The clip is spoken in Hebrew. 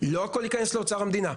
לא הכול ייכנס לאוצר המדינה.